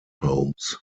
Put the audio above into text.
homes